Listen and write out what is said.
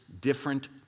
different